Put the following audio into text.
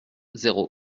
zéro